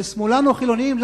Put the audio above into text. ושמאלנו-חילוניים,